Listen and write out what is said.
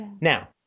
now